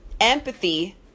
Empathy